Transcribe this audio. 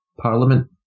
parliament